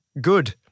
good